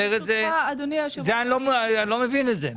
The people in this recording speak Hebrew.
אחרת אני לא מבין את זה.